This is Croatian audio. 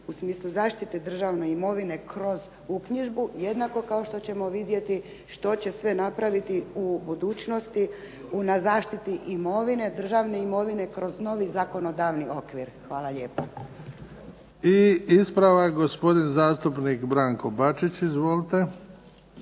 u smislu zaštite državne imovine kroz uknjižbu jednako kao što ćemo vidjeti što će sve napraviti u budućnosti na zaštiti imovine, državne imovine kroz novi zakonodavni okvir. Hvala lijepa. **Bebić, Luka (HDZ)** I ispravak gospodin zastupnik Branko Bačić. Izvolite.